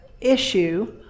issue